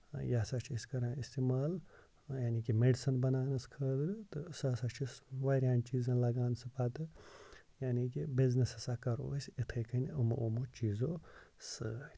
یہِ ہسا چھِ أسۍ کران اِستعمال یعنے کہِ میڈِسن بَناونَس خٲطرٕ تہٕ سُہ ہسا چھُ اَسہِ واریاہن چیٖزَن لَگان سُہ پَتہٕ یعنے کہِ بِزنِس ہسا کَرو أسۍ یِتھٕے کٔنۍ یِمو یِمو چیٖزو سۭتۍ